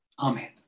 Amen